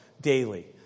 daily